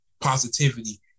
positivity